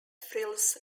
frills